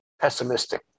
pessimistic